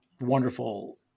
wonderful